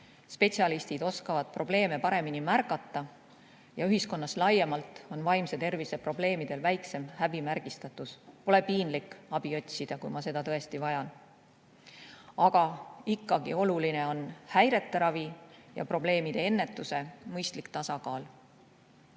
Spetsialistid oskavad probleeme paremini märgata ja ühiskonnas laiemalt on vaimse tervise probleemidel väiksem häbimärgistatus. Pole piinlik abi otsida, kui ma seda tõesti vajan. Aga ikkagi, oluline on häirete ravi ja probleemide ennetuse mõistlik tasakaal.